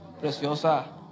preciosa